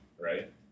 Right